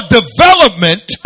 development